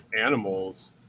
animals